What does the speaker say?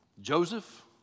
Joseph